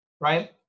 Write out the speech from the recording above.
right